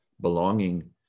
belonging